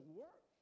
work